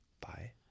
Bye